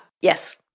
Yes